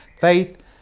Faith